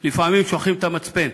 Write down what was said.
לפעמים שוכחים את המצפן,